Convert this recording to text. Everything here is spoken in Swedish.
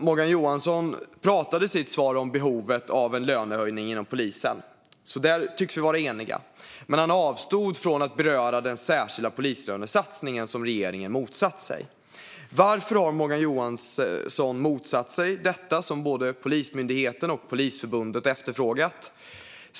Morgan Johansson pratar i sitt svar om behovet av en lönehöjning inom polisen, så där tycks vi vara eniga. Men han avstod från att beröra den särskilda polislönesatsning som regeringen motsatt sig. Varför har Morgan Johansson motsatt sig detta som både Polismyndigheten och Polisförbundet efterfrågat?